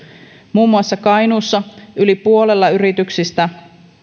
muun muassa kainuussa yli puolella yrityksistä